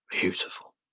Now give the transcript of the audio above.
beautiful